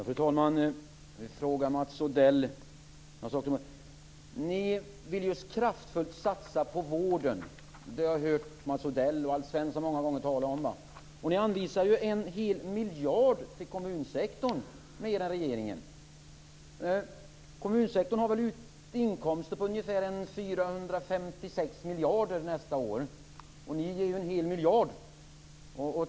Fru talman! Jag har några frågor till Mats Odell. Ni vill ju kraftfullt satsa på vården. Det har jag hört Mats Odell och Alf Svensson tala om många gånger. Ni anvisar också en hel miljard mer än regeringen till kommunsektorn. Kommunsektorn har väl inkomster på ungefär 456 miljarder nästa år, och ni ger en hel miljard mer.